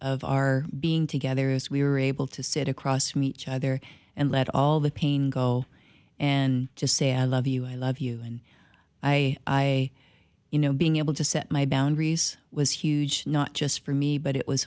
of our being together as we were able to sit across from each other and let all the pain go and to say i love you i love you and i you know being able to set my boundaries was huge not just for me but it was